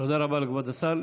תודה רבה לכבוד השר.